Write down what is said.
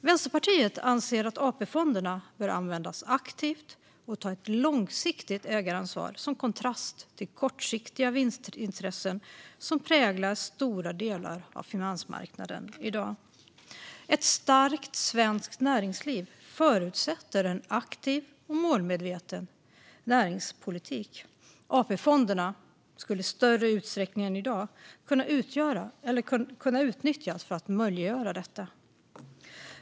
Vänsterpartiet anser att AP-fonderna bör användas aktivt och ta ett långsiktigt ägaransvar som kontrast till de kortsiktiga vinstintressen som präglar stora delar av finansmarknaden i dag. Ett starkt svenskt näringsliv förutsätter en aktiv och målmedveten näringspolitik. AP-fonderna skulle i större utsträckning än i dag kunna utnyttjas för att möjliggöra detta.